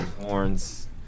horns